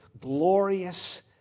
glorious